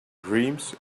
dreams